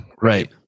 right